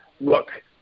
Look